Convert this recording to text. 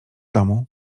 domu